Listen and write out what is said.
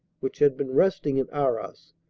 which had been resting in arras,